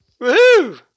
Woohoo